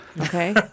okay